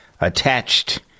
attached